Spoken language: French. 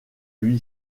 lui